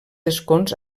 escons